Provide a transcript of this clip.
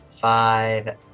five